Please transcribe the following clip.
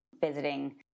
visiting